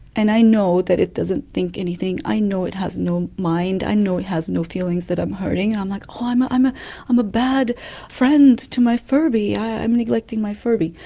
and i know that it doesn't think anything, i know it has no mind, i know it has no feelings that i'm hurting, and i'm like, oh, i'm ah i'm ah a bad friend to my furby, i'm neglecting my furby.